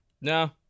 No